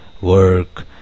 work